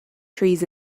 trees